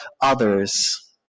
others